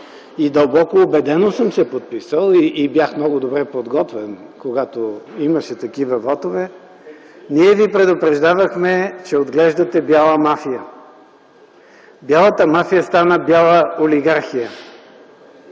Дълбоко убедено съм се подписал и бях много добре подготвен, когато имаше такива вотове. Ние ви предупреждавахме, че отглеждате бяла мафия. Бялата мафия стана бяла олигархия.